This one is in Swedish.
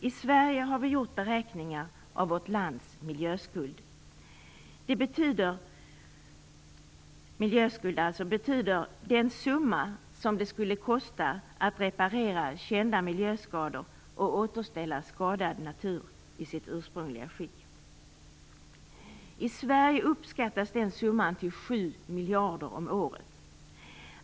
I Sverige har vi gjort beräkningar av vårt lands miljöskuld. Miljöskuld betyder den summa som det skulle kosta att reparera kända miljöskador och återställa skadad natur i sitt ursprungliga skick. I Sverige uppskattas den summan till 7 miljarder om året.